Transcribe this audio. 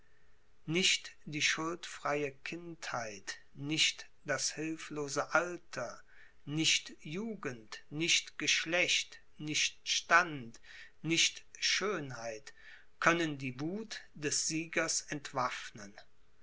nicht die schuldfreie kindheit nicht das hilflose alter nicht jugend nicht geschlecht nicht stand nicht schönheit können die wuth des siegers entwaffnen